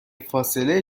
فاصله